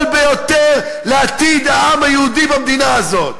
ביותר על עתיד העם היהודי במדינה הזאת.